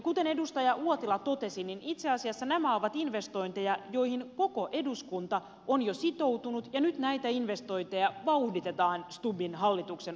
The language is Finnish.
kuten edustaja uotila totesi itse asiassa nämä ovat investointeja joihin koko eduskunta on jo sitoutunut ja nyt näitä investointeja vauhditetaan stubbin hallituksen ohjelmassa